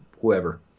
whoever